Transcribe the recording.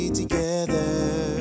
together